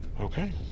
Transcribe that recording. Okay